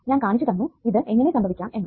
ഞാൻ കാണിച്ചു തന്നു ഇത് എങ്ങനെ സംഭവിക്കാം എന്ന്